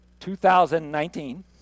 2019